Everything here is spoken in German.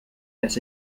dass